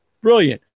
Brilliant